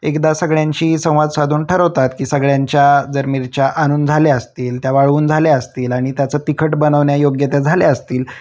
एकदा सगळ्यांशी संवाद साधून ठरवतात की सगळ्यांच्या जर मिरच्या आणून झाल्या असतील त्या वाळवून झाल्या असतील आणि त्याचं तिखट बनवण्यायोग्य त्या झाल्या असतील